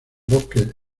bosques